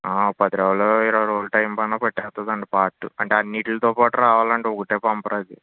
పది రోజులు ఇరవై రోజులు టైమ్ పట్టినా పట్టేస్తుందండి పార్టు అంటే అన్నీటితో పాటు రావాలండి ఒకటే పంపరు అది